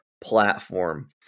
platform